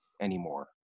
anymore